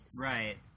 Right